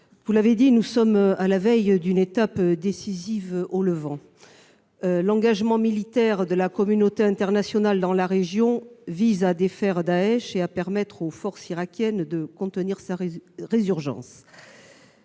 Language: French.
vous l'avez rappelé, nous sommes à la veille d'une étape décisive au Levant. L'engagement militaire de la communauté internationale dans la région vise à défaire Daech et à permettre aux forces irakiennes de contenir sa résurgence.